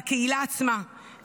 בקהילה עצמה,